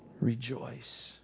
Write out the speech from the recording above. Rejoice